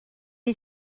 est